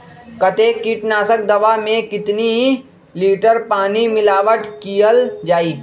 कतेक किटनाशक दवा मे कितनी लिटर पानी मिलावट किअल जाई?